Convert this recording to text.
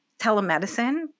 telemedicine